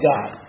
God